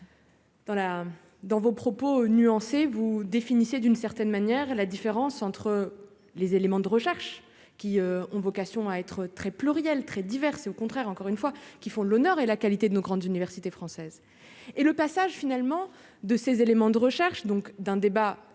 dans vos propos nuancés vous définissez d'une certaine manière, la différence entre les éléments de recherche qui ont vocation à être très plurielle, très diverses, et au contraire, encore une fois, qui font l'honneur et la qualité de nos grandes universités françaises. Et le passage finalement de ces éléments de recherche donc d'un débat